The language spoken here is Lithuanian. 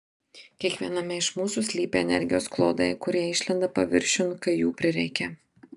kiekviename iš mūsų slypi energijos klodai kurie išlenda paviršiun kai jų prireikia